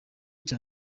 cya